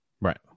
Right